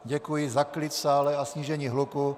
Děkuji za klid v sále a snížení hluku.